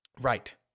Right